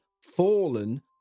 fallen